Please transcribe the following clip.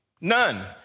None